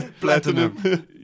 platinum